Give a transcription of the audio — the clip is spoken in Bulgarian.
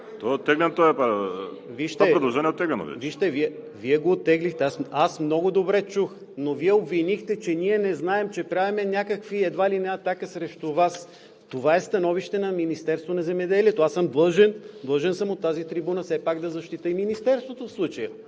РУМЕН ГЕОРГИЕВ: Вижте, Вие го оттеглихте, аз много добре чух, но вие обвинихте, че ние не знаем, че правим някаква едва ли не атака срещу Вас. Това е становище на Министерството на земеделието. Аз съм длъжен от тази трибуна все пак да защитя и Министерството в случая.